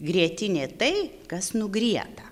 grietinė tai kas nugrieta